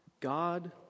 God